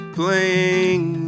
playing